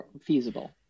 feasible